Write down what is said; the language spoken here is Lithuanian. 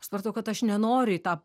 aš supratau kad aš nenoriu į tą